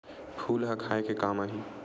फूल ह खाये के काम आही?